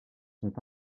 sont